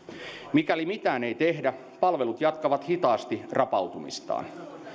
mikäli mitään ei tehdä palvelut jatkavat hitaasti rapautumistaan